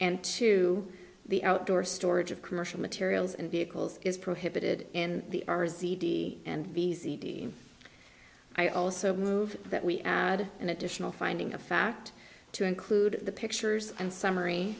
and to the outdoor storage of commercial materials and vehicles is prohibited in the ares e d and b c d i also move that we add an additional finding of fact to include the pictures and summary